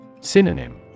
Synonym